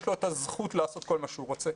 לו את הזכות לעשות כל מה שהוא רוצה.